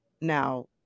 now